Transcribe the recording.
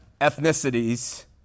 ethnicities